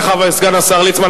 תודה לך, סגן השר ליצמן.